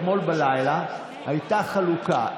אתמול בלילה הייתה חלוקה.